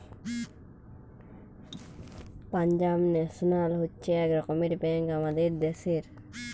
Punjab national হচ্ছে এক রকমের ব্যাঙ্ক আমাদের দ্যাশের